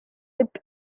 dip